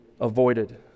avoided